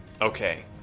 Okay